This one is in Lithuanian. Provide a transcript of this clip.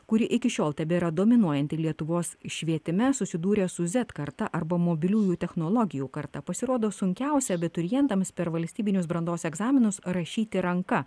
kuri iki šiol tebėra dominuojanti lietuvos švietime susidūrė su zet karta arba mobiliųjų technologijų karta pasirodo sunkiausia abiturientams per valstybinius brandos egzaminus rašyti ranka